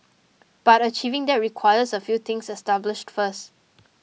but achieving that requires a few things established first